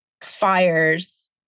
Fires